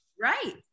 Right